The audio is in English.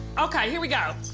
okay, here we go.